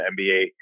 NBA